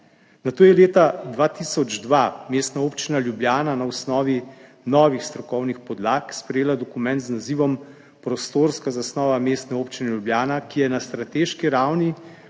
Nato je leta 2002 Mestna občina Ljubljana na osnovi novih strokovnih podlag sprejela dokument z nazivom Prostorska zasnova Mestne občine Ljubljana, ki je na strateški ravni